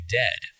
dead